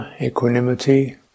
equanimity